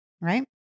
right